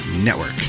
Network